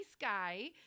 guy